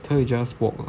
她会 just walk